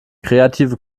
kreative